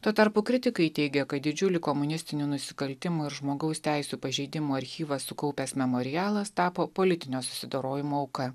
tuo tarpu kritikai teigė kad didžiulį komunistinių nusikaltimų ir žmogaus teisių pažeidimų archyvą sukaupęs memorialas tapo politinio susidorojimo auka